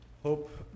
hope